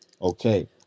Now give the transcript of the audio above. Okay